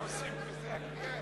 חברי הכנסת,